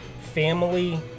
family